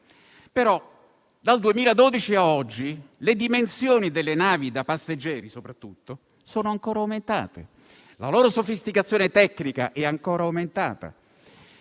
Marco. Dal 2012 a oggi, però, le dimensioni delle navi da passeggeri soprattutto sono ancora aumentate. La loro sofisticazione tecnica è ancora aumentata.